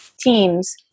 teams